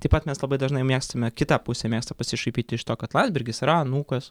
taip pat mes labai dažnai mėgstame kita pusė mėgsta pasišaipyti iš to kad landsbergis yra anūkas